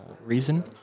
reason